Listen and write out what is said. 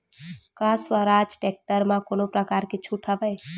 का स्वराज टेक्टर म कोनो प्रकार के छूट हवय?